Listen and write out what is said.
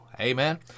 Amen